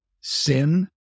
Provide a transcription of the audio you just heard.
sin